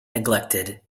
neglected